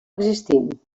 existint